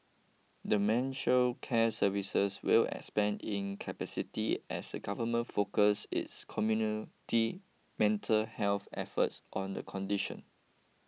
dementia care services will expand in capacity as the Government focus its community mental health efforts on the condition